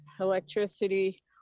electricity